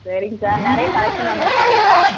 சரிங்க சார் நிறைய கலெக்ஷன் வந்துருக்குதுங்களா